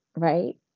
Right